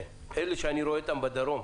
אלה שאני רואה בדרום,